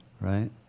right